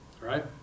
Right